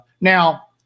now